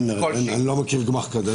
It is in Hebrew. אני לא מכיר גמ"ח כזה.